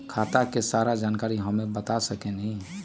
खाता के सारा जानकारी हमे बता सकेनी?